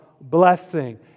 blessing